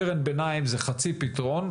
קרן הביניים היא חצי פתרון,